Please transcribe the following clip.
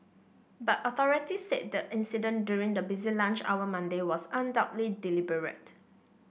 but authorities said the incident during the busy lunch hour Monday was undoubtedly deliberate